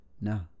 no